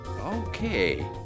Okay